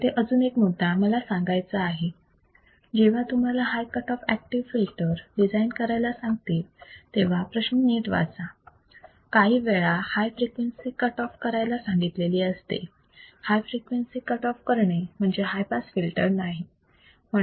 इथे अजून एक मुद्दा मला सांगायचा आहे जेव्हा तुम्हाला high cut off active filter design करायला सांगतील तेव्हा प्रश्न नीट वाचा काहीवेळा हाय फ्रिक्वेन्सी कट ऑफ करायला सांगितलेली असते हाय फ्रिक्वेन्सी कट ऑफ करणे म्हणजे हाय पास फिल्टर नाही